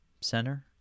center